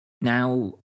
Now